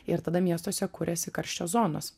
ir tada miestuose kuriasi karščio zonos